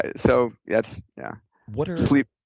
so that's yeah what are sleep.